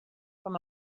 from